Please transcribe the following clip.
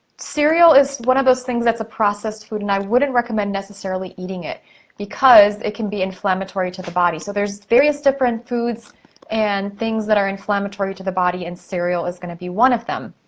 cereal is one of those things that's a processed food, and i wouldn't recommend necessarily eating it because it can be inflammatory to the body. so, there's various different foods and things that are inflammatory to the body, and cereal is gonna be one of them.